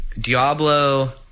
Diablo